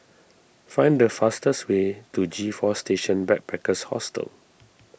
find the fastest way to G four Station Backpackers Hostel